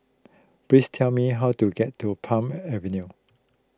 please tell me how to get to Palm Avenue